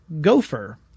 Gopher